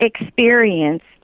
experienced